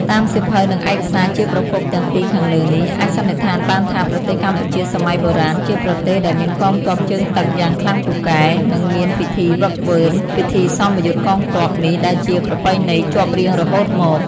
តាមសៀវភៅ និងឯកសារជាប្រភពទាំងពីរខាងលើនេះ អាចសន្និដ្ឋានបានថាប្រទេសកម្ពុជាសម័យបុរាណ ជាប្រទេសដែលមានកងទ័ពជើងទឹកយ៉ាងខ្លាំងពូកែ និងមានពិធីហ្វឹកហ្វឺន ពិធីសមយុទ្ធកងទ័ពនេះដែលជាប្រពៃណីជាប់រៀងរហូតមក។